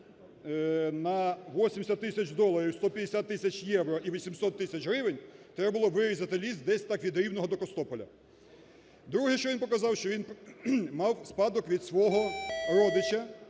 на 80 тисяч доларів, 150 тисяч євро і 800 тисяч гривень, треба було вирізати ліс десь так від Рівного до Костопіля. Друге, що він показав, що він мав спадок від свого родича